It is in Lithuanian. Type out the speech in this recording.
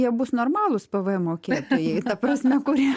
jie bus normalūs pvm mokėtojai ta prasme kurie